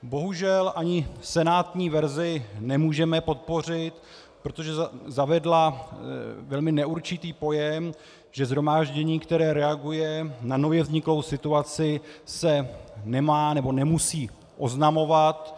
Bohužel, ani senátní verzi nemůžeme podpořit, protože zavedla velmi neurčitý pojem, že shromáždění, které reaguje na nově vzniklou situaci, se nemá nebo nemusí oznamovat.